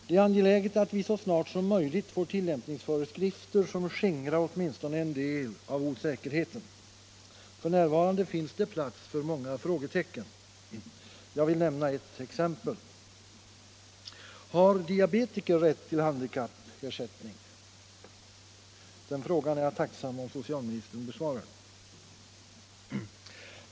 Det är angeläget att vi så snart som möjligt får tillämpningsföreskrifter, som skingrar åtminstone en del av osäkerheten. F. n. finns det plats för många frågetecken. Jag vill nämna ett exempel. Har diabetiker rätt till handikappersättning? Den frågan är jag tacksam om socialministern besvarar.